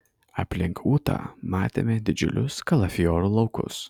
aplink ūtą matėme didžiulius kalafiorų laukus